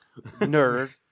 Nerd